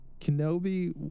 Kenobi